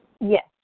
Yes